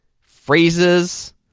phrases